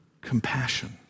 compassion